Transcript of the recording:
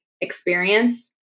experience